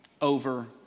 over